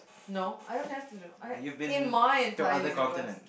no I don't have to do uh in my entire universe